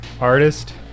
artist